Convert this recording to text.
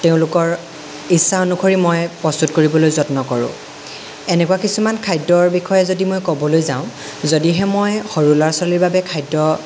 তেওঁলোকৰ ইচ্ছা অনুসৰি মই প্ৰস্তুত কৰিবলৈ যত্ন কৰোঁ এনেকুৱা কিছুমান খাদ্যৰ বিষয়ে যদি মই ক'বলৈ যাওঁ যদিহে মই সৰু ল'ৰা ছোৱালীৰ বাবে খাদ্য বনাওঁ